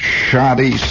shoddy